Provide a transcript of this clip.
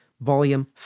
Volume